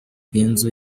benzo